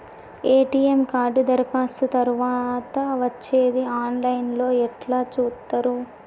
ATM card దరఖాస్తు తరువాత వచ్చేది ఆన్ లైన్ లో ఎట్ల చూత్తరు?